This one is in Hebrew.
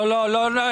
לא, לא, לא.